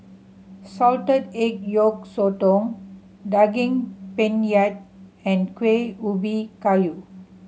salted egg yolk sotong Daging Penyet and Kueh Ubi Kayu